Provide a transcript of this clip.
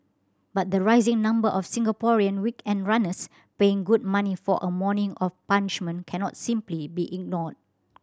but the rising number of Singaporean weekend runners paying good money for a morning of punishment cannot simply be ignored